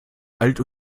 alt